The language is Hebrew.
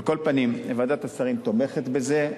על כל פנים, ועדת השרים תומכת בזה.